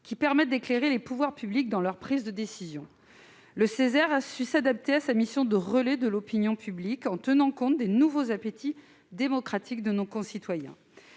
qui permettent d'éclairer les pouvoirs publics dans leur prise de décision. Le Ceser a su s'adapter à sa mission de relais de l'opinion publique en tenant compte des nouveaux appétits démocratiques de nos concitoyens.